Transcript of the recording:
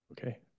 Okay